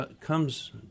comes